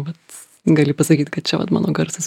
vat gali pasakyt kad čia vat mano garsas